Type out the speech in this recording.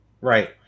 Right